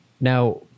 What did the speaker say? Now